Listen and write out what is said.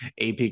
AP